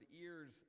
ears